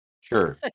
Sure